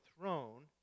throne